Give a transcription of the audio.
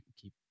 keep